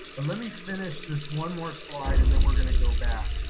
but let me finish this one more slide, and then we're going to go back.